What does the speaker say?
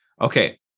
okay